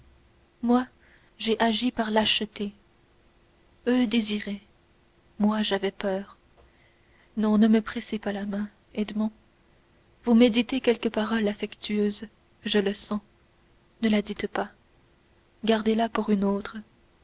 moi j'ai agi par lâcheté eux désiraient moi j'ai eu peur non ne me pressez pas ma main edmond vous méditez quelque parole affectueuse je le sens ne la dites pas gardez-la pour une autre